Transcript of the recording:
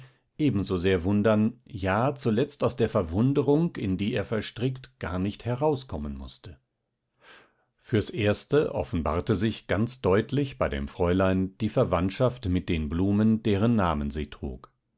ebensosehr wundern ja zuletzt aus der verwunderung in die er verstrickt gar nicht herauskommen mußte fürs erste offenbarte sich ganz deutlich bei dem fräulein die verwandtschaft mit den blumen deren namen sie trug